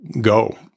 go